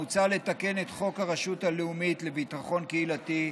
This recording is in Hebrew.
מוצע לתקן את חוק הרשות הלאומית לביטחון קהילתי,